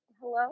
Hello